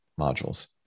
modules